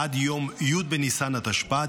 עד יום י' בניסן התשפ"ד,